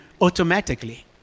automatically